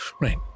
Right